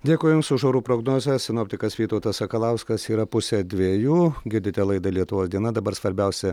dėkui jums už orų prognozes sinoptikas vytautas sakalauskas yra pusė dviejų girdite laidą lietuvos diena dabar svarbiausia